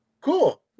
Cool